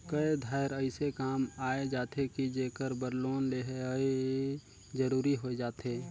कए धाएर अइसे काम आए जाथे कि जेकर बर लोन लेहई जरूरी होए जाथे